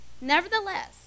Nevertheless